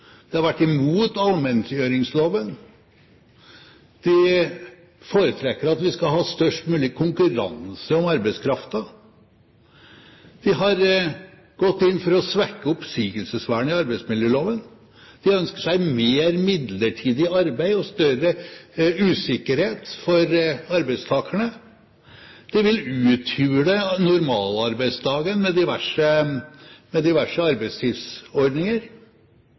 de har vært imot allmenngjøringsloven, de foretrekker at vi skal ha størst mulig konkurranse om arbeidskraften, de har gått inn for å svekke oppsigelsesvernet i arbeidsmiljøloven, de ønsker seg mer midlertidig arbeid og større usikkerhet for arbeidstakerne, de vil uthule normalarbeidsdagen med diverse arbeidstidsordninger, og de vil ha mer arbeidsutleie. Det eneste de vil bidra med